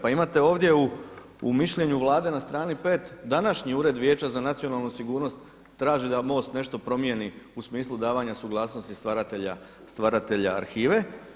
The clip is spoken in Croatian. Pa imate ovdje u mišljenju Vlade na strani pet današnji Ured vijeća za nacionalnu sigurnost traži da MOST nešto promijeni u smislu davanja suglasnosti stvaratelja arhive.